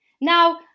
Now